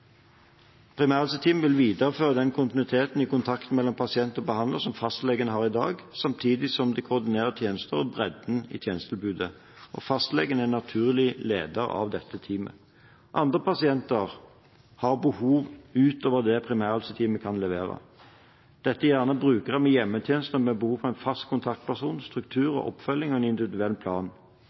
Primærhelseteam vil videreføre den kontinuiteten i kontakten mellom pasient og behandler som fastlegen står for i dag, samtidig som de koordinerer tjenestene og gir større bredde i tjenestetilbudet. Fastlegen er naturlig leder av dette teamet. Noen pasienter har behov utover det primærhelseteamet kan levere. Dette er gjerne brukere av hjemmetjenester med behov for en fast kontaktperson, strukturert oppfølging og en individuell plan.